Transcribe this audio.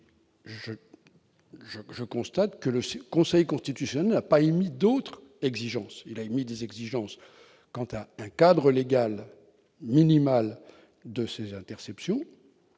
Je constate que le Conseil constitutionnel n'a pas émis d'autre exigence que celle d'un cadre légal minimal de ces interceptions.